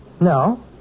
No